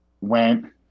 went